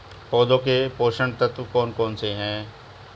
पौधों के पोषक तत्व कौन कौन से हैं?